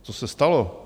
Co se stalo?